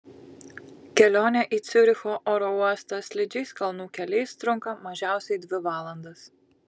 kelionė į ciuricho oro uostą slidžiais kalnų keliais trunka mažiausiai dvi valandas